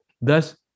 Thus